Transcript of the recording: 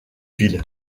ville